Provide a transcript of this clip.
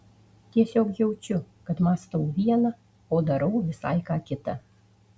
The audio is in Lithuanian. tiesiog jaučiu kad mąstau viena o darau visai ką kita